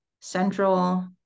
Central